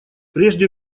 прежде